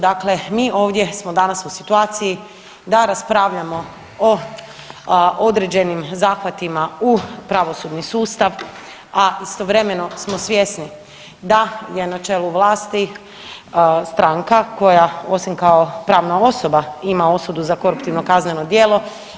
Dakle, mi ovdje smo danas u situaciji da raspravljamo o određenim zahvatima u pravosudni sustav, a istovremeno smo svjesni da je na čelu vlasti stranka koja osim kao pravna osoba ima osudu za koruptivno kazneno djelo.